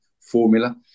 formula